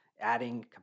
adding